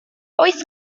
oes